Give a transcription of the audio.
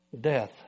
death